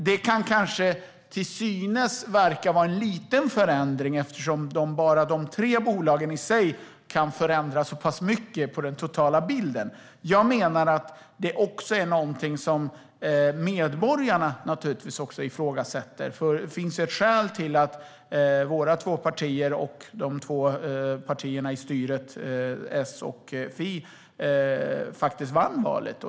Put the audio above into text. Det kan synas vara en liten förändring eftersom dessa tre bolag ensamt kan förändra bilden så mycket. Men jag menar att också medborgarna har ifrågasatt detta. Det finns ju ett skäl till att våra två partier och S och FI vann valet.